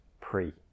pre